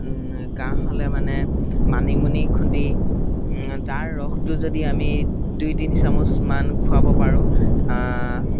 কাঁহ হ'লে মানে মানিমুনি খুন্দি তাৰ ৰসটো যদি আমি দুই তিনি চামুচমান খুৱাব পাৰোঁ